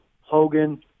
Hogan